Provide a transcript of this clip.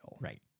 right